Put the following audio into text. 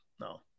no